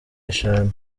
eshanu